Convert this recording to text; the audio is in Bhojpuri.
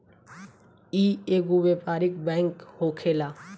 इ एगो व्यापारिक बैंक होखेला